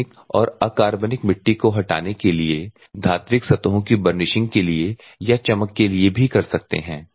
कार्बनिक और अकार्बनिक मिट्टी को हटाने के लिए धात्विक सतहों की बर्निशिंग के लिए या चमक के लिए भी कर सकते हैं